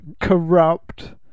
corrupt